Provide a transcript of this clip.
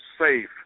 safe